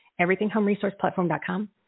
everythinghomeresourceplatform.com